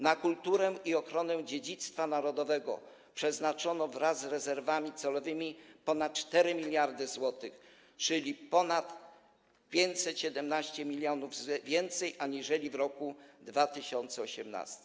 Na kulturę i ochronę dziedzictwa narodowego przeznaczono wraz z rezerwami celowymi ponad 4 mld zł, czyli ponad 517 mln więcej niż w roku 2018.